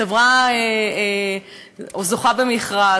חברה זוכה במכרז,